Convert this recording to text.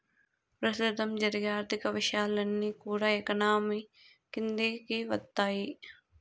ప్రస్తుతం జరిగే ఆర్థిక విషయాలన్నీ కూడా ఎకానమీ కిందికి వత్తాయి